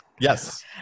Yes